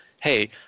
hey